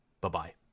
Bye-bye